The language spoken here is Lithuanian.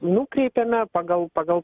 nukreipiame pagal pagal